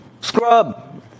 scrub